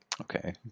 Okay